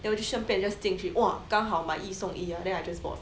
then 我 just 顺便 just 进去 !wah! 刚好买一送一 ah then I just bought